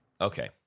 Okay